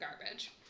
garbage